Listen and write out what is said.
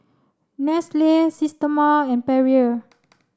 Nestle Systema and Perrier